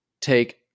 take